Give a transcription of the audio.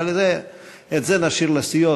אבל את זה נשאיר לסיעות,